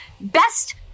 best